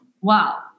Wow